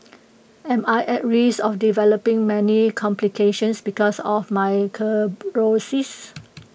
am I at risk of developing many complications because of my cirrhosis